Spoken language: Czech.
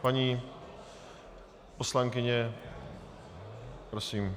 Paní poslankyně, prosím.